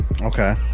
okay